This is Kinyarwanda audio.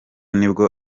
nibwo